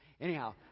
anyhow